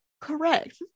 Correct